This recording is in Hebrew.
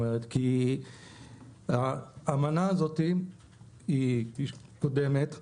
האמנה הזאת היא קודמת והתקנות,